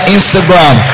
Instagram